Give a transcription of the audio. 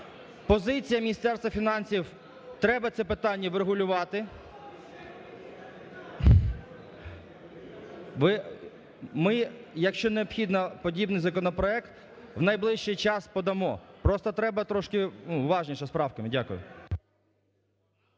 Позиція Міністерства фінансів – треба це питання врегулювати. (Шум у залі) Ми, якщо необхідно подібний законопроект, в найближчий час подамо. Просто треба трошки уважніше з правками. Дякую.